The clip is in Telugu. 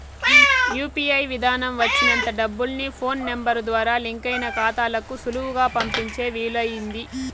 యూ.పీ.ఐ విదానం వచ్చినంత డబ్బుల్ని ఫోన్ నెంబరు ద్వారా లింకయిన కాతాలకు సులువుగా పంపించే వీలయింది